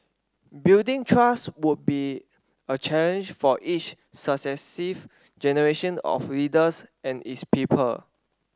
building trust would be a challenge for each successive generation of leaders and its people